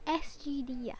S_G_D ah